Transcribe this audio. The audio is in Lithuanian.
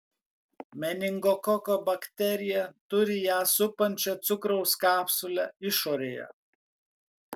meningokoko bakterija turi ją supančią cukraus kapsulę išorėje